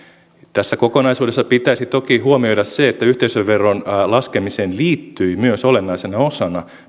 tässä kokonaisuudessa pitäisi toki huomioida se että yhteisöveron laskemiseen liittyi myös olennaisena osana